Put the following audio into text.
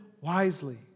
wisely